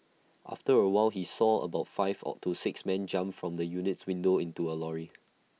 after A while he saw about five to six men jump from the unit's window into A lorry